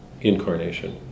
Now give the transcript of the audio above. incarnation